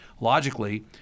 logically